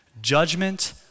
judgment